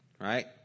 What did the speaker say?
right